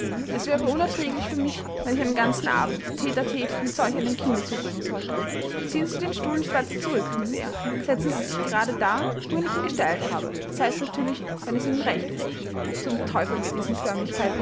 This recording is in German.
es wäre unerträglich für mich wenn ich einen ganzen abend tte tte mit solch einem kinde zubringen sollte ziehen sie den stuhl nicht weiter zurück miß eyre setzen sie sich gerade da wohin ich ihn gestellt habe das heißt natürlich wenn es ihnen recht ist zum teufel mit diesen